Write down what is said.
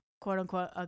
quote-unquote